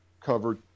covered